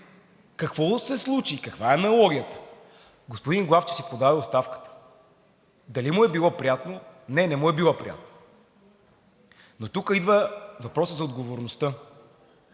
Какво се случи, каква е аналогията? Господин Главчев си подаде оставката. Дали му е било приятно? Не, не му е било приятно. Но тук идва въпросът за отговорността.